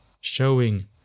showing